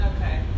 Okay